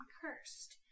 cursed